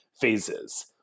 phases